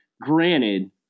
granted